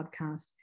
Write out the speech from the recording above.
podcast